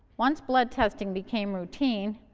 once blood testing became routine,